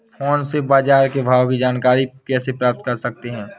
Phone से बाजार के भाव की जानकारी कैसे प्राप्त कर सकते हैं?